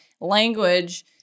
language